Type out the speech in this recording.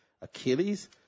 Achilles